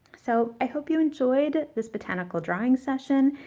so i hope you enjoyed this botanical drawing session.